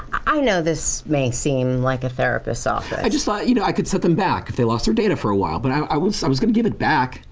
i know this may seem like a therapist's office i just thought you know i could set them back if they lost their data for a while. but i was i was going to give it back!